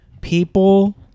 people